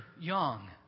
young